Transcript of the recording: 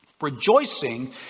Rejoicing